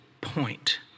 point